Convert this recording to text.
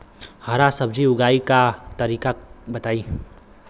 हरा सब्जी उगाव का तरीका बताई?